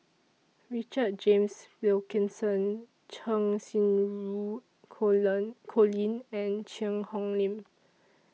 Richard James Wilkinson Cheng Xinru Colin and Cheang Hong Lim